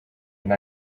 and